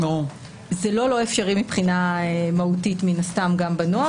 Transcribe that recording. זה לא לא אפשרי מבחינה מהותית מן הסתם גם בנוער,